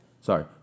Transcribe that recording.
sorry